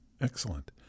Excellent